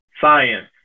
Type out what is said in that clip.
science